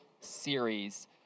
series